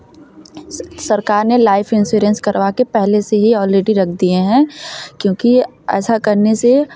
स सरकार ने लाइफ इंश्योरेंस करवा के पहले से ही ऑलरेडी रख दिए हैं क्योंकि ऐसा करने से